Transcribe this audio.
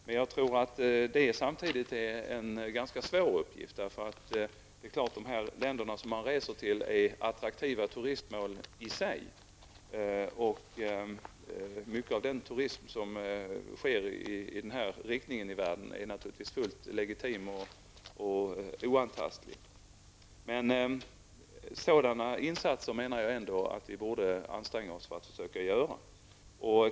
Men jag tror samtidigt att det är en ganska svår uppgift, eftersom dessa länder är attraktiva turistmål i sig. Mycket av den turism som sker i denna riktning i världen är naturligtvis fullt legitim och oantastlig. Men vi borde anstränga oss för att försöka göra sådana insatser.